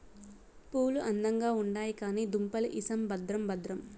పూలు అందంగా ఉండాయి కానీ దుంపలు ఇసం భద్రం భద్రం